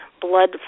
blood